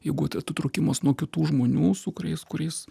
jeigu atitrūkimas nuo kitų žmonių su kuriais kuriais